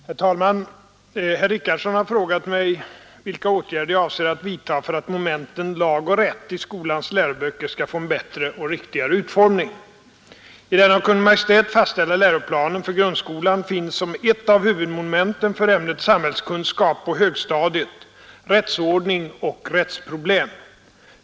Herr talman! Herr Richardson har frågat mig, vilka åtgärder jag avser att vidtaga för att momenten ”lag och rätt” i skolans läroböcker skall få en bättre och riktigare utformning. I den av Kungl. Maj:t fastställda läroplanen för grundskolan finns som ett av huvudmomenten för ämnet samhällskunskap på högstadiet Rättsordning och rättsproblem.